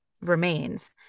remains